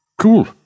Cool